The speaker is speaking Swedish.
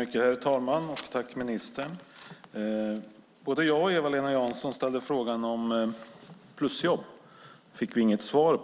Herr talman! Både jag och Eva-Lena Jansson ställde en fråga om plusjobb. Vi fick inget svar.